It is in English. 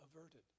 averted